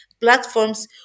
platforms